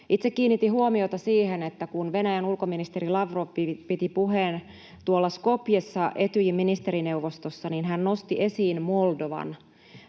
Itse kiinnitin huomiota siihen, että kun Venäjän ulkoministeri Lavrov piti puheen tuolla Skopjessa Etyjin ministerineuvostossa, hän nosti esiin Moldovan.